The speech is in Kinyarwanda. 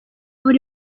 buri